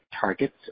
targets